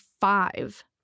five